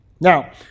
Now